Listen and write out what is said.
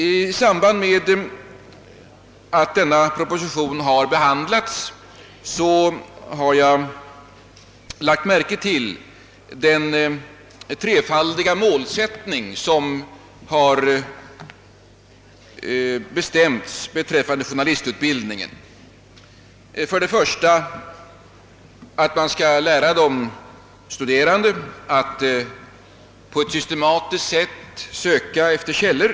I samband med att denna proposition behandlades lade jag märke till den trefaldiga målsättning som bestämts beträffande journalisutbildningen. För det första skall man lära de studerande att på ett systematiskt sätt söka efter källor.